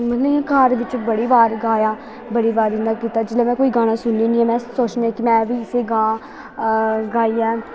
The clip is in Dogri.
मतलब इ'यां घर बिच्च बड़ी बार गाया बड़ी बार इ'यां कीता जेल्लै में कोई गाना सुननी होन्नी आं में सोचनी आं कि में बी इस्सी गां गाइयै